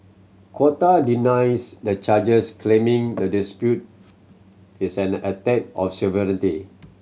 Qatar denies the charges claiming the dispute is an attack on sovereignty